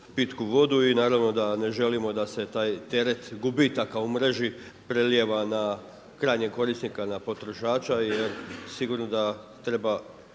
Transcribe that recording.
pitku vodu i naravno da ne želimo da se taj teret gubi takav u mreži, prelijeva na krajnjeg korisnika na potrošača jer sigurno da treba